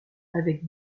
avec